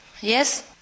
Yes